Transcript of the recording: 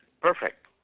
Perfect